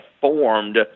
formed